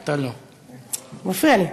אתה מפריע לי.